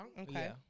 okay